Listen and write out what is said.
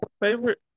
favorite